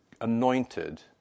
anointed